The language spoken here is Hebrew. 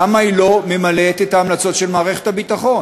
למה היא לא ממלאת את ההמלצות של מערכת הביטחון.